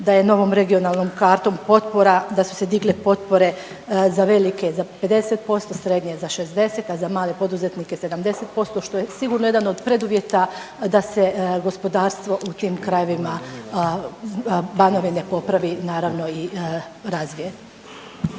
da je novom regionalnom kartom potpora da su se digle potpore za velike za 50%, srednje za 60%, a za male poduzetnike 70% što je sigurno jedan od preduvjeta da se gospodarstvo u tim krajevima Banovine popravi naravno i razvije.